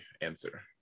answer